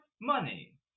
money